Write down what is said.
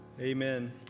Amen